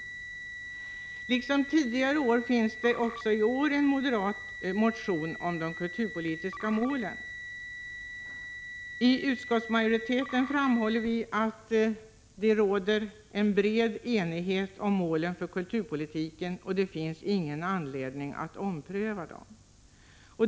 Liksom tidigare år finns också nu en moderat motion om de kulturpolitiska målen. Utskottets majoritet framhåller att det råder enighet om målen för kulturpolitiken, och det finns ingen anledning att ompröva dem.